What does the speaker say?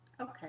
Okay